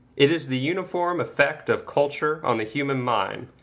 it is the uniform effect of culture on the human mind,